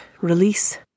Release